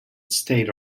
state